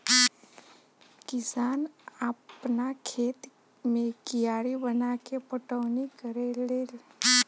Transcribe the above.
किसान आपना खेत मे कियारी बनाके पटौनी करेले लेन